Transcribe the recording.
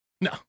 No